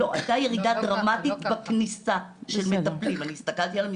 הייתה ירידה דרמטית בכניסה של מטפלים,